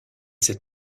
cette